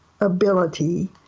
ability